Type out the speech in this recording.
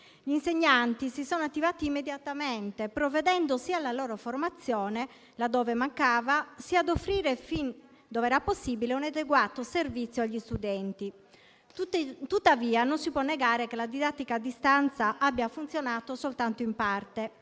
gli insegnanti si sono attivati immediatamente provvedendo sia alla loro formazione, laddove mancava, sia a offrire, fin dove possibile, un adeguato servizio agli studenti. Tuttavia, non si può negare che la didattica a distanza abbia funzionato soltanto in parte: